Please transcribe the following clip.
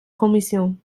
commission